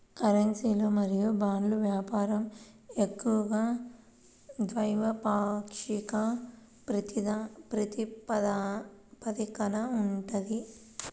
కరెన్సీలు మరియు బాండ్ల వ్యాపారం ఎక్కువగా ద్వైపాక్షిక ప్రాతిపదికన ఉంటది